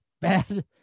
bad